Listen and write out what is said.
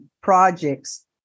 projects